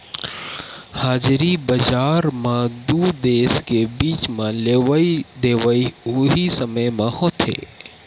हाजिरी बजार म दू देस के बीच म लेवई देवई उहीं समे म होथे